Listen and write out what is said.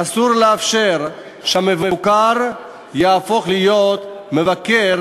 אסור לאפשר שהמבוקר יהפוך להיות מבקר